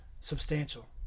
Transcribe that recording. substantial